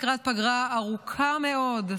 לקראת פגרה ארוכה מאוד,